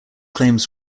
claims